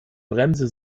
bremse